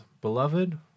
Beloved